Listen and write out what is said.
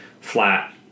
flat